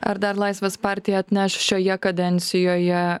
ar dar laisvės partija atneš šioje kadencijoje